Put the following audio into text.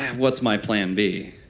what's my plan b?